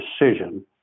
decision